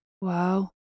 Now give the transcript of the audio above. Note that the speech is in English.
Wow